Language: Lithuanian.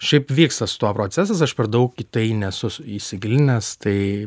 šiaip vyksta su tuo procesas aš per daug į tai nesu įsigilinęs tai